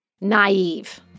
naive